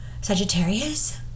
Sagittarius